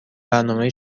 برنامه